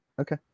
Okay